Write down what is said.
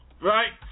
right